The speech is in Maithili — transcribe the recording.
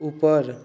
ऊपर